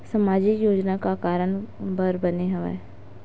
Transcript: सामाजिक योजना का कारण बर बने हवे?